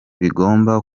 bigomba